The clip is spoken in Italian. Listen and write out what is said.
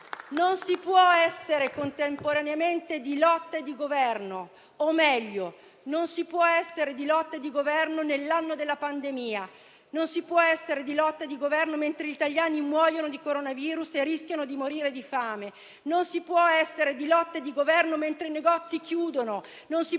Non si può essere contemporaneamente di lotta e di Governo, o meglio: non si può essere di lotta e di Governo nell'anno della pandemia, mentre gli italiani muoiono di coronavirus e rischiano di morire di fame. Non si può essere di lotta e di Governo mentre i negozi chiudono e si